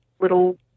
little